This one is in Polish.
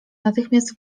natychmiast